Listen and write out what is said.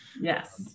Yes